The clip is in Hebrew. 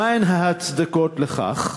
מה הן ההצדקות לכך?